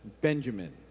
Benjamin